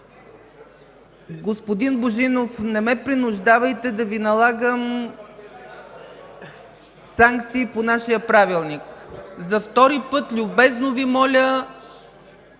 Господин Божинов, не ме принуждавайте да Ви налагам санкции по нашия Правилник. За втори път любезно Ви моля